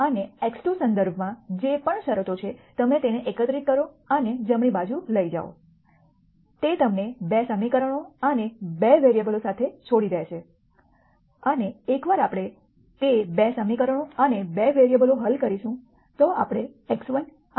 અને x2 સંદર્ભમાં જે પણ શરતો છે તમે તેમને એકત્રિત કરો અને જમણી બાજુ લઈ જાઓ તે તમને 2 સમીકરણો અને 2 વેરીએબલો સાથે છોડી દેશે અને એકવાર આપણે તે 2 સમીકરણો અને 2 વેરીએબલો હલ કરીશું તો આપણે x1 અને x3